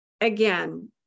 again